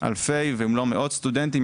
אלפי אם לא מאות סטודנטים,